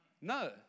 No